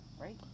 right